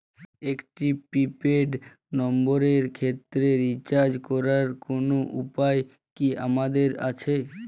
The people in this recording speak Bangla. একটি প্রি পেইড নম্বরের ক্ষেত্রে রিচার্জ করার কোনো উপায় কি আমাদের আছে?